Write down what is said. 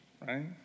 right